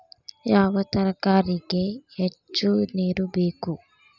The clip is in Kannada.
ಯಾವ ತರಕಾರಿಗೆ ಹೆಚ್ಚು ನೇರು ಬೇಕು?